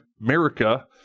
America